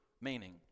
meaning